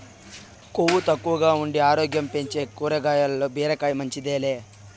కొవ్వు తక్కువగా ఉండి ఆరోగ్యం పెంచే కాయగూరల్ల బీరకాయ మించింది లే